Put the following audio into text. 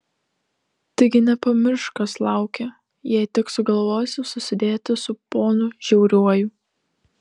taigi nepamiršk kas laukia jei tik sugalvosi susidėti su ponu žiauriuoju